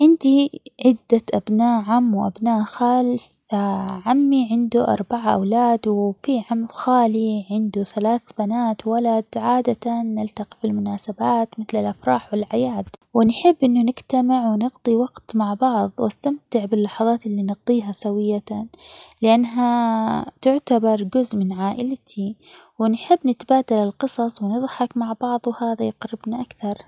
عندي عدة أبناء عم وأبناء خال فعمي عنده أربع أولاد، وفي عم خالي عنده ثلاث بنات ولد، عادةً نلتقي في المناسبات مثل الأفراح والأعياد ونحب إنو نجتمع ونقضي وقت مع بعض وأستمتع باللحظات اللي نقضيها سويةً لأنها تعتبر جزء من عائلتي ونحب نتبادل القصص ونضحك مع بعض وهذا يقربنا أكثر.